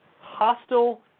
hostile